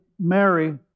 Mary